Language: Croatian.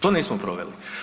To nismo proveli.